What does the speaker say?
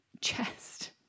chest